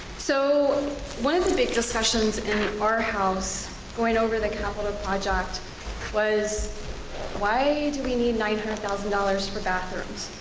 so one of the big discussions in our house going over the capital project was why do we need nine hundred thousand dollars for bathrooms?